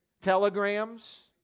Telegrams